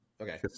okay